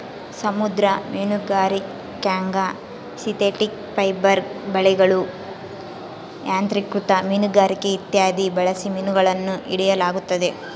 ಸಮುದ್ರ ಮೀನುಗಾರಿಕ್ಯಾಗ synthetic fibre ಬಲೆಗಳು, ಯಾಂತ್ರಿಕೃತ ಮೀನುಗಾರಿಕೆ ಇತ್ಯಾದಿ ಬಳಸಿ ಮೀನುಗಳನ್ನು ಹಿಡಿಯಲಾಗುತ್ತದೆ